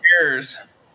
Cheers